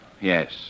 Yes